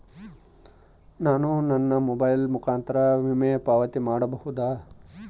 ನಾನು ನನ್ನ ಮೊಬೈಲ್ ಮುಖಾಂತರ ವಿಮೆಯನ್ನು ಪಾವತಿ ಮಾಡಬಹುದಾ?